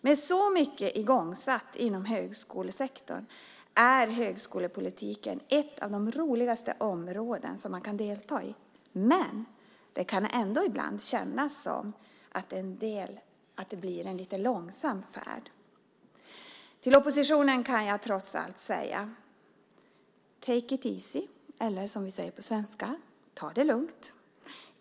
Med så mycket igångsatt inom högskolesektorn är högskolepolitiken ett av de roligaste områden man kan delta i. Men det kan ändå ibland kännas som att det blir en lite långsam färd. Till oppositionen kan jag trots allt säga: Take it easy! Eller som vi säger på svenska: Ta det lugnt!